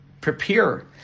prepare